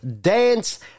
dance